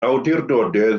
awdurdodau